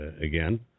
again